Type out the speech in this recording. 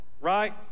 right